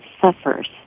suffers